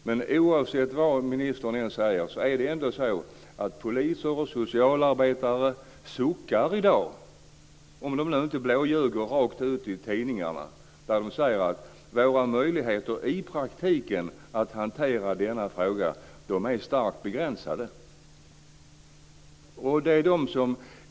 Men oavsett vad ministern säger är det så att poliser och socialarbetare i dag suckar, om de inte blåljuger rakt ut i tidningarna, och säger att deras möjligheter att hantera denna fråga i praktiken är starkt begränsade.